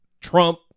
Trump